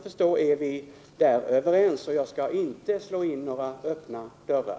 Där är vi överens, och jag skall inte slå in några öppna dörrar.